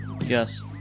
Yes